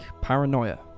paranoia